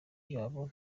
yabo